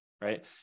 right